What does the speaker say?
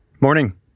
Morning